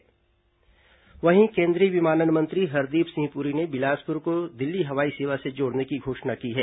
बघेल विमानन मंत्री वहीं केंद्रीय विमानन मंत्री हरदीप सिंह पुरी ने बिलासपुर को दिल्ली हवाई सेवा से जोड़ने की घोषणा की है